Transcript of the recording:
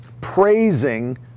praising